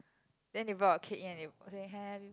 then they brought a cake in and they happy